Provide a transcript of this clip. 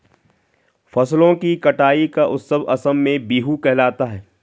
फसलों की कटाई का उत्सव असम में बीहू कहलाता है